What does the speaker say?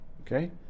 Okay